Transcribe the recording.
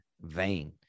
vain